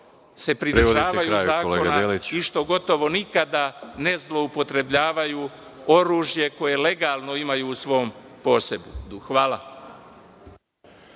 se pridržavaju zakona i što, gotovo nikada ne zloupotrebljavaju oružje koje legalno imaju u svom posedu. Hvala.